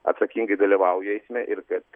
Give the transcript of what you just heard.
atsakingai dalyvauja eisme ir kad